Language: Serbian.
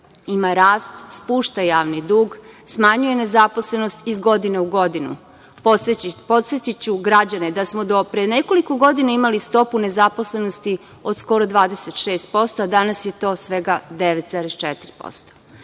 Ima rast, spušta javni dug, smanjuje nezaposlenost iz godine u godinu. Podsetiću građane da smo do pre nekoliko godina imali stopu nezaposlenosti od skoro 26%, a danas je to svega